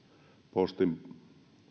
postin